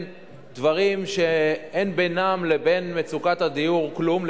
דברים שאין בינם לבין מצוקת הדיור כלום,